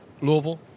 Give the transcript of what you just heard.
Louisville